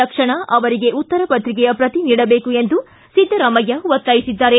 ತಕ್ಷಣ ಅವರಿಗೆ ಉತ್ತರ ಪತ್ರಿಕೆಯ ಪ್ರತಿ ನೀಡಬೇಕು ಎಂದು ಸಿದ್ದರಾಮಯ್ಯ ಒತ್ತಾಯಿಸಿದ್ದಾರೆ